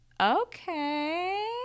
okay